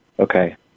Okay